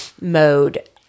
mode